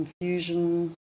confusion